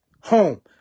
home